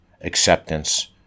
acceptance